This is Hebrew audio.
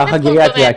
מה זה סכום דומה?